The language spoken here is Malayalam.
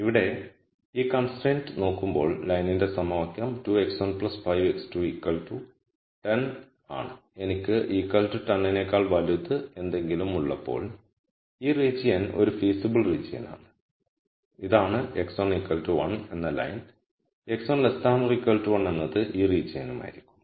ഇവിടെ ഈ കൺസ്ട്രൈന്റ് നോക്കുമ്പോൾ ലൈനിന്റെ സമവാക്യം 2 x1 5 x2 10 ആണ് എനിക്ക് 10 നേക്കാൾ വലുത് എന്തെങ്കിലും ഉള്ളപ്പോൾ ഈ റീജിയൻ ഒരു ഫീസിബിൾ റീജിയൻ ആണ് ഇതാണ് x1 1 എന്ന ലൈൻ x1 1 എന്നത് ഈ റീജിയനുമായിരിക്കും